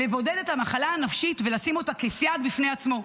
לבודד את המחלה הנפשית ולשים אותה כסייג בפני עצמו.